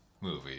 movie